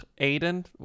Aiden